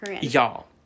y'all